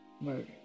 murder